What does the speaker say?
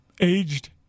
aged